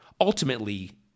Ultimately